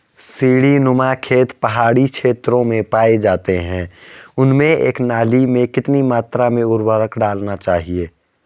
सीड़ी नुमा खेत पहाड़ी क्षेत्रों में पाए जाते हैं उनमें एक नाली में कितनी मात्रा में उर्वरक डालना चाहिए?